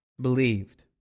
believed